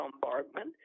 bombardment